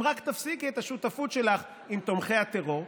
אם רק תפסיקי את השותפות שלך עם תומכי הטרור,